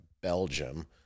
Belgium